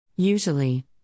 Usually